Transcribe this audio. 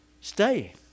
Stay